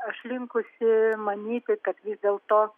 aš linkusi manyti kad vis dėlto